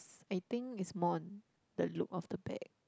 I think it's more on the look of the bag